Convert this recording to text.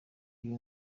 ibi